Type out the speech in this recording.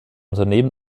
unternehmen